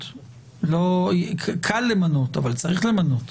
אמנם קל למנות אבל צריך למנות.